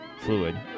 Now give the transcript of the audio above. fluid